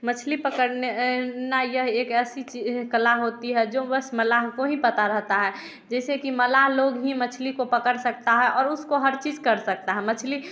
मछली पकड़ने ने ना यह एक ऐसी कला होती नही जो बस मलाह को ही पता रहता है जैसे की मालाह लोग ही मछली को पकड़ सकता है और उसको हर चीज कर सकता है मछली